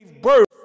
birth